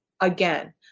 again